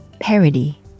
parody